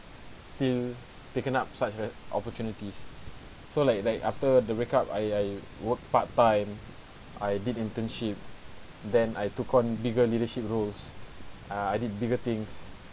still taken up such an opportunity so like like after the breakup I I work part time I did internship then I took on bigger leadership roles ah I did bigger things